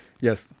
Yes